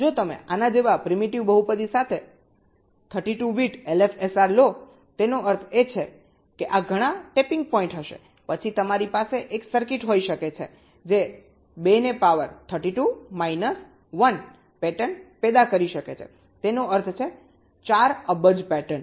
તેથી જો તમે આના જેવા પ્રીમિટિવ બહુપદી સાથે 32 બીટ LFSR લોતેનો અર્થ એ છે કે આ ઘણા ટેપીંગ પોઈન્ટ હશે પછી તમારી પાસે એક સર્કિટ હોઈ શકે છે જે 2 ને પાવર 32 માઈનસ 1 પેટર્ન પેદા કરી શકે છેતેનો અર્થ છે 4 અબજ પેટર્ન